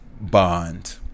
bond